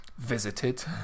visited